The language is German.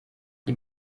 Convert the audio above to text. die